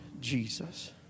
Jesus